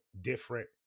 different